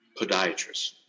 podiatrist